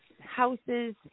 houses